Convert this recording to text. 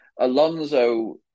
Alonso